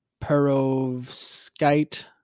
perovskite